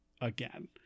again